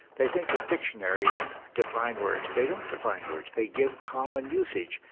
they think the dictionaries define words. they don't define words, they give common usage.